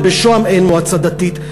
ובשוהם אין מועצה דתית.